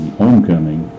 homecoming